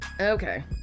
Okay